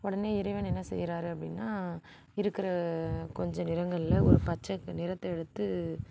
உடனே இறைவன் என்ன செய்யறாரு அப்படின்னா இருக்கிற கொஞ்சம் நிறங்களில் ஒரு பச்சை நிறத்தை எடுத்து